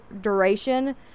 duration